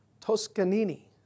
Toscanini